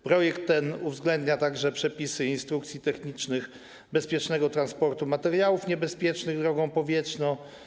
Projekt ten uwzględnia także przepisy instrukcji technicznych bezpiecznego transportu materiałów niebezpiecznych drogą powietrzną.